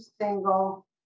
single